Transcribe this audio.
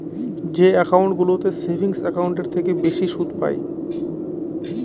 যে একাউন্টগুলোতে সেভিংস একাউন্টের থেকে বেশি সুদ পাই